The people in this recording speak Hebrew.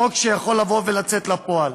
חוק שיכול לצאת לפועל.